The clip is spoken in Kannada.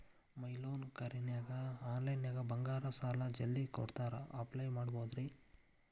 ಮೈ ಲೋನ್ ಕೇರನ್ಯಾಗ ಆನ್ಲೈನ್ನ್ಯಾಗ ಬಂಗಾರ ಸಾಲಾ ಜಲ್ದಿ ಕೊಡ್ತಾರಾ ಅಪ್ಲೈ ಮಾಡಿದ್ರ